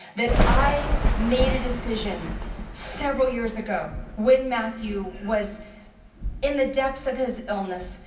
that i made a decision several years ago when matthew was in the depths of his illness,